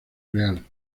real